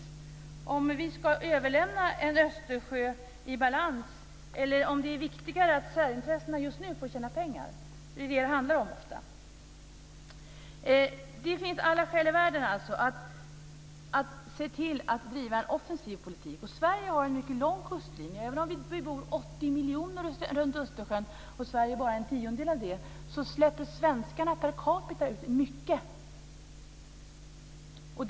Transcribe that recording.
Ska vi överlämna Östersjön i balans eller är det viktigare att särintressena just nu får tjäna pengar? Det är ofta det som det handlar om. Det finns alltså alla skäl i världen att driva en offensiv politik. Sverige har en mycket lång kustlinje, och även om vi bara är en tiondel av de 80 miljoner som bor runt Östersjön släpper svenskarna per capita ut mycket.